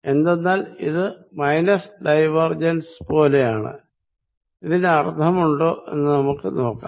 എന്തെന്നാൽ ഇത് minus divergence പോലെയാണ് ഇതിന്നർത്ഥമുണ്ടോ എന്ന് നമുക്ക് നോക്കാം